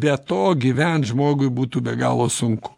be to gyvent žmogui būtų be galo sunku